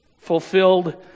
fulfilled